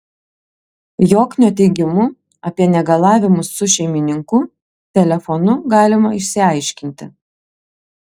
joknio teigimu apie negalavimus su šeimininku telefonu galima išsiaiškinti